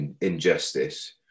injustice